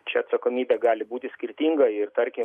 čia atsakomybė gali būti skirtinga ir tarkim